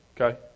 Okay